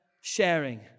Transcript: sharing